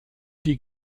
die